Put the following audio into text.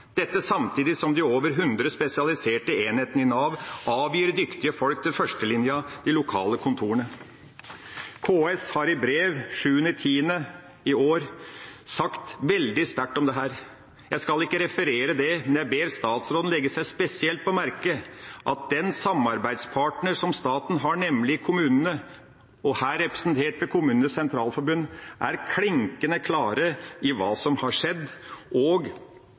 samtidig som de over 100 spesialiserte enhetene i Nav avgir dyktige folk til førstelinja i de lokale kontorene. KS har i brev av 7. oktober i år uttalt seg veldig sterkt om dette. Jeg skal ikke referere det, men jeg ber statsråden legge seg spesielt på hjertet at den samarbeidspartneren som staten har, nemlig kommunene, her representert ved Kommunenes Sentralforbund, er klinkende klare på hva som har skjedd, og